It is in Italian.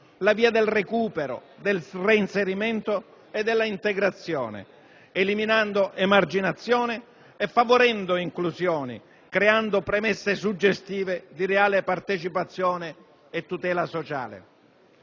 la via del recupero, del reinserimento e della integrazione, eliminando emarginazione e favorendo inclusioni, creando premesse suggestive di reale partecipazione e tutela sociale.